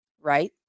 right